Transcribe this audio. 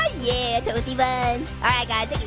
ah yeah, toasty bun. alright guys,